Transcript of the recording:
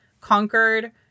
conquered